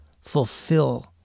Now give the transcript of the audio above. fulfill